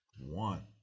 One